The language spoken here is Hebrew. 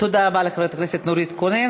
תודה רבה לחברת הכנסת נורית קורן.